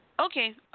Okay